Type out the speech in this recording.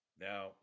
Now